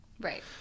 Right